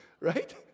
Right